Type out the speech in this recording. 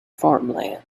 farmland